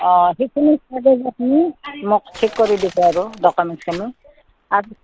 অঁ সেইখিনি খালি মোক আপুনি থিক কৰি দিব আৰু ডকুমেণ্টছখিনি